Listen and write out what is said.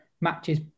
matches